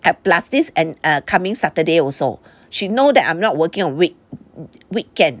and plus this and err coming saturday also she know that I'm not working on week weekend